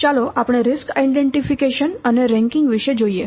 ચાલો આપણે જોખમ ઓળખ અને રેન્કિંગ વિષે જોઈએ